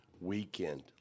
weekend